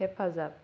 हेफाजाब